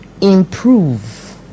improve